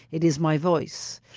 it is my voice.